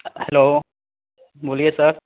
hello बोलिए sir